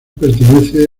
pertenece